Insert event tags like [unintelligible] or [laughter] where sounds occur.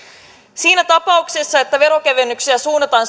siinä tapauksessa että verokevennyksiä suunnataan [unintelligible]